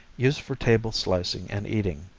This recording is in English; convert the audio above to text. used for table slicing and eating.